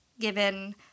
given